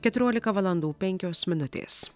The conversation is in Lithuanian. keturiolika valandų penkios minutės